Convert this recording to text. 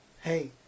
Hey